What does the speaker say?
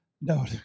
No